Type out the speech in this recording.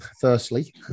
firstly